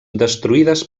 destruïdes